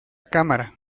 cámara